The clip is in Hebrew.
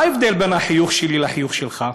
מה ההבדל בין החיוך שלי לחיוך שלך?